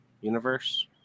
universe